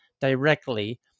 directly